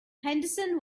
henderson